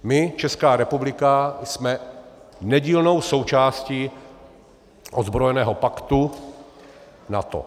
My, Česká republika, jsme nedílnou součástí ozbrojeného paktu NATO.